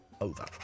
over